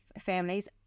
families